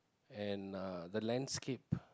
and uh the landscape